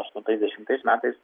aštuntais dešimtais metais